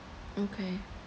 okay